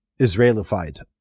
Israelified